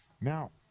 Now